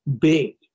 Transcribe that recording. big